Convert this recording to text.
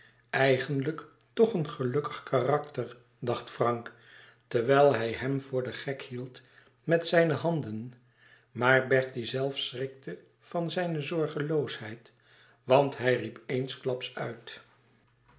eigenlijk toch een gelukkig karakter dacht frank terwijl hij hem voor den gek hield met zijne handen maar bertie zelf schrikte van zijne zorgeloosheid want hij riep eenklaps uit